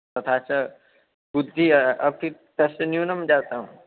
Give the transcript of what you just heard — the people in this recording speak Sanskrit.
तथा च बुद्धिः अपि तस्य न्यूना जाता